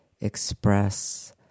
express